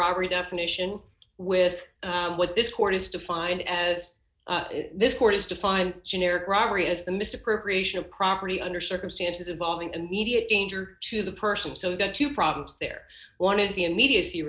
robbery definition with what this court is defined as this court is defined generic robbery as the misappropriation of property under circumstances evolving and media danger to the person so you've got two problems there one is the immediacy